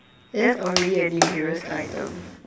that's already a dangerous item